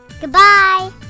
Goodbye